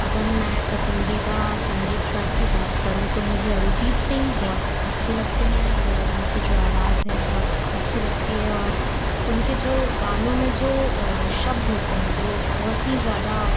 अगर मैं पसंदीदा संगीतकार की बात करूँ तो मुझे अरिजीत सिंह बहुत अच्छे लगते हैं वो उनकी जो आवाज़ है बहुत अच्छी लगती है और उनके जो गानों में जो शब्द होते हैं वो बहुत ही ज़्यादा